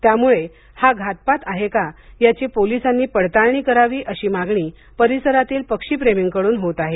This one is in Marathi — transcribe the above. त्यामुळं हा घातपात आहे का याची पोलिसांनी पडताळणी करावी अशी मागणी परिसरातील पक्षी प्रेमींकडून होत आहे